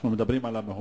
אנחנו עוברים לנושא